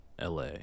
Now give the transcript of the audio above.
LA